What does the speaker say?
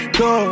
go